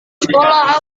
sekolah